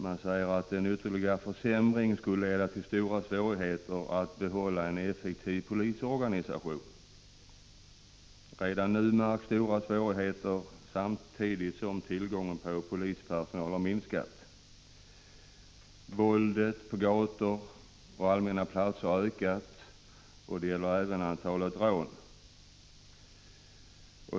Man säger att en ytterligare försämring skulle leda till stora svårigheter att behålla en effektiv polisorganisation. Redan nu märks stora svårigheter, samtidigt som tillgången på polispersonal har minskat. ”Våldet på gator och allmänna platser har ökat, det gäller även antalet rån.